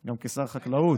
גם כשר חקלאות.